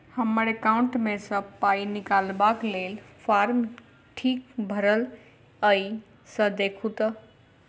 हम्मर एकाउंट मे सऽ पाई निकालबाक लेल फार्म ठीक भरल येई सँ देखू तऽ?